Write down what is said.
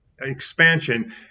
expansion